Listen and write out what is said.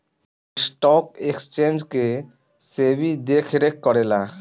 stock exchange के सेबी देखरेख करेला